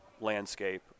landscape